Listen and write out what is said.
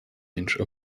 range